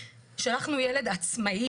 שלחנו ילד עצמאי,